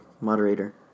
moderator